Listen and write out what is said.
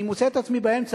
אני מוצא את עצמי באמצע,